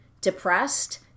depressed